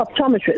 Optometrist